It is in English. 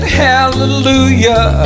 hallelujah